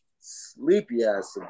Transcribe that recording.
Sleepy-ass